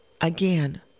again